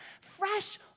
Fresh